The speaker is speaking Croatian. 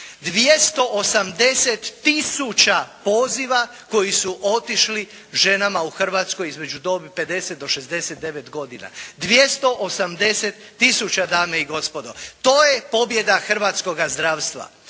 280 tisuća poziva koji su otišli ženama u Hrvatskoj u dobi između 50 do 69 godina, 280 tisuća dame i gospodo. To je pobjeda hrvatskoga zdravstva,